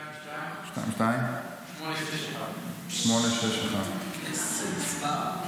050-2222861. איזה מספר.